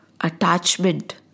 attachment